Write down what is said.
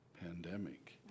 pandemic